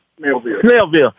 Snellville